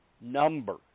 number